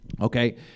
Okay